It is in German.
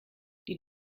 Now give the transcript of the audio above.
die